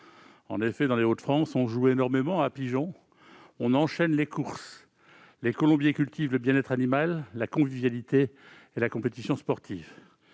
En effet, dans les Hauts-de-France, on joue énormément « à pigeons », on enchaîne les courses. Les colombiers cultivent le bien-être animal, la convivialité et la compétition sportive.